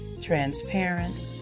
transparent